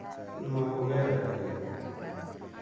ᱱᱚᱣᱟ ᱠᱚᱨᱮ ᱟᱨᱠᱤ